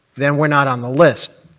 then we're not on the list.